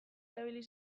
erabili